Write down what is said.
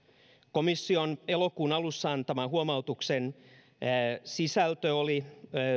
komission elokuun alussa antaman huomautuksen sisältö oli